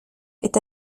est